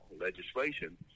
legislation